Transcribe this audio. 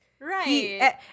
Right